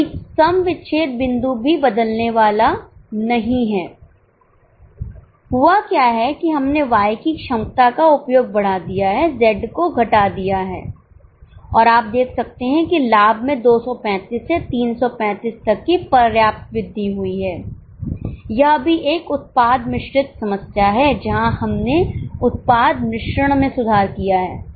तोसम विच्छेद बिंदु भी बदलने वाला नहीं है हुआ क्या है कि हमने Y की क्षमता का उपयोग बढ़ा दिया है Z को घटा दिया है और आप देख सकते हैं कि लाभ में 235 से 335 तक की पर्याप्त वृद्धि हुई है यह भी एक उत्पाद मिश्रित समस्या है जहां हमने उत्पाद मिश्रण में सुधार किया है